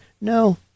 No